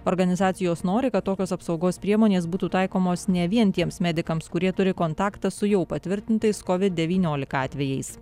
organizacijos nori kad tokios apsaugos priemonės būtų taikomos ne vien tiems medikams kurie turi kontaktą su jau patvirtintais covid devyniolika atvejais